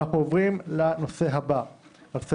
אנחנו נעצור כאן ונמשיך לנושא הבא בשעה